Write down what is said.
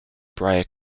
brier